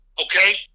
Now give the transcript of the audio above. okay